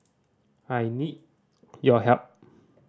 I need your help